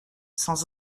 sans